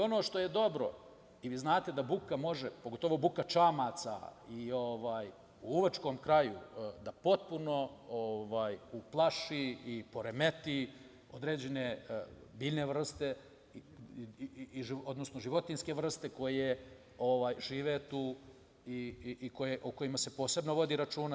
Ono što je dobro, vi znate da buka može, pogotovo buka čamaca i u lovačkom kraju da potpuno uplaši i poremeti određene životinjske vrste koje žive tu i o kojima se posebno vodi računa.